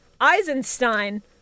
Eisenstein